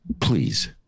please